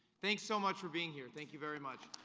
thanks so much for being here. thank you very much.